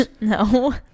No